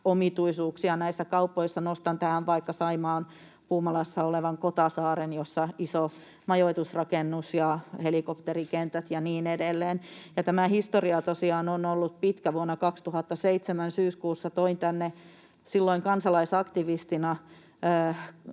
omituisuuksia näissä kaupoissa. Nostan tähän vaikka Puumalassa Saimaalla olevan Kotasaaren, jossa on iso majoitusrakennus ja helikopterikentät ja niin edelleen. Tämä historia tosiaan on ollut pitkä: Vuonna 2007 syyskuussa toin tänne silloin kansalaisaktivistina